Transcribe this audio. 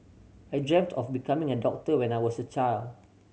I dreamt of becoming a doctor when I was a child